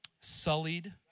sullied